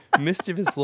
mischievous